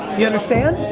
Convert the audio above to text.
you understand?